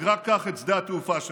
שסגרה כך את שדה התעופה שלה,